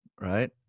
right